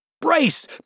Brace